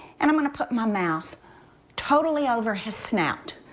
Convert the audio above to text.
and um and put my mouth totally over his snout.